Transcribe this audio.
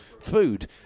Food